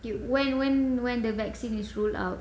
K when when when the vaccine is ruled out